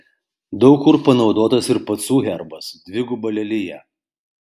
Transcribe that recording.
daug kur panaudotas ir pacų herbas dviguba lelija